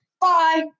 bye